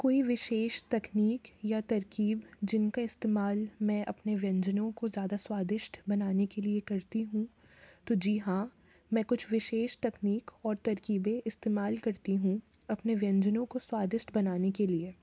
कोई विशेष तकनीक या तरकीब जिनका इस्तेमाल मैं अपने व्यंजनों को ज़्यादा स्वादिष्ट बनाने के लिए करती हूँ तो जी हाँ मैं कुछ विशेष तकनीक और तरकीबे इस्तेमाल करती हूँ अपने व्यंजनों को स्वादिष्ट बनाने के लिए